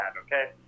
okay